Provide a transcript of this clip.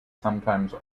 sometimes